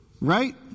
Right